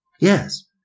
Yes